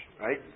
right